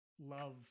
love